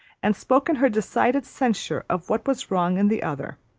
and spoken her decided censure of what was wrong in the other,